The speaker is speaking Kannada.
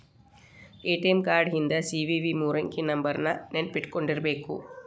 ಎ.ಟಿ.ಎಂ ಕಾರ್ಡ್ ಹಿಂದ್ ಸಿ.ವಿ.ವಿ ಮೂರಂಕಿ ನಂಬರ್ನ ನೆನ್ಪಿಟ್ಕೊಂಡಿರ್ಬೇಕು